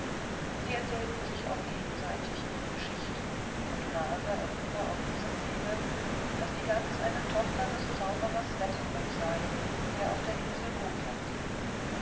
sie erzählten sich auch gegenseitig ihre geschichten und nase erfuhr auf diesem wege daß die gans eine tochter des zauberers wetterbock sei der auf der insel gotland lebe